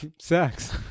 sex